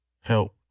help